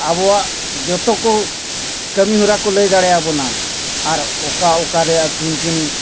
ᱟᱵᱚᱣᱟᱜ ᱡᱚᱛᱚ ᱠᱚ ᱠᱟᱹᱢᱤᱦᱚᱨᱟ ᱠᱚ ᱞᱟᱹᱭ ᱫᱟᱲᱮᱭᱟᱵᱚᱱᱟ ᱟᱨ ᱚᱠᱟ ᱚᱠᱟᱨᱮ ᱟᱹᱠᱤᱱᱠᱤᱱ